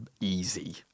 easy